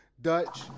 Dutch